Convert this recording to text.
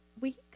week